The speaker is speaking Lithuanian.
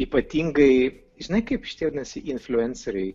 ypatingai žinai kaip šitie vadinasi infliuenceriai